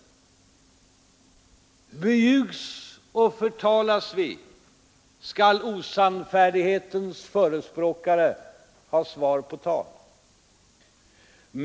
Beljugs och förtalas vi, skall osannfärdighetens förespråkare ha svar på tal.